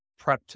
prepped